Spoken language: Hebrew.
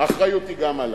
האחריות היא גם עליו.